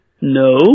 no